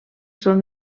són